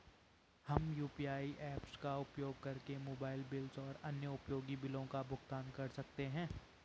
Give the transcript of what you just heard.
हम UPI apps का उपयोग करके मोबाइल बिल और अन्य उपयोगी बिलों का भुगतान कर सकते हैं